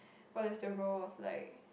what is the role of like